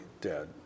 dead